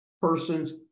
persons